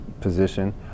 position